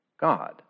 God